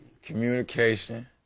Communication